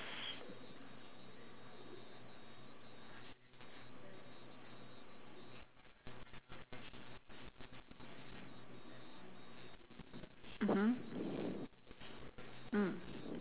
mmhmm mm